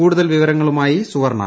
കൂടുതൽ വിവരങ്ങളുമായി സുവർണ